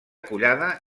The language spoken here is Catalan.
collada